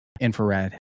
infrared